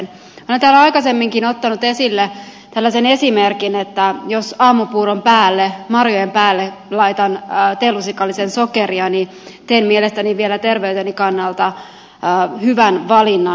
minä olen täällä aikaisemminkin ottanut esille tällaisen esimerkin että jos aamupuuron päälle marjojen päälle laitan teelusikallisen sokeria niin teen mielestäni vielä terveyteni kannalta hyvän valinnan